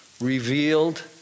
revealed